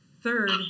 Third